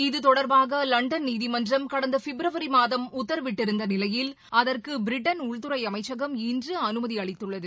இது தொடர்பாக லண்டன் நீதிமன்றம் கடந்த பிப்ரவரி மாதம் உத்தரவிட்டடிருந்து நிலையில் அகற்கு பிரிட்டன் உள்துறை அமைச்சகம் இன்று அனுமதி அளித்துள்ளது